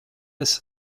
adds